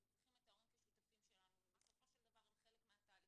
אנחנו צריכים את ההורים כשותפים שלנו כי בסופו של דבר הם חלק מהתהליכים.